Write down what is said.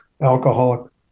alcoholic